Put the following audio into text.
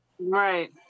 right